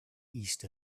east